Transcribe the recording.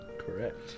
correct